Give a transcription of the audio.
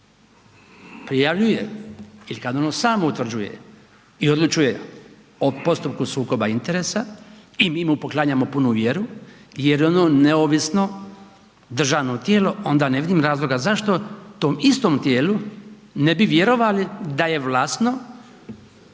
prijavljuje ili kad ono samo utvrđuje i odlučuje o postupku sukoba interesa i mi mu poklanjamo punu vjeru jer je ono neovisno državno tijelo onda ne vidim razloga zašto tom istom tijelu ne bi vjerovali da je vlasno,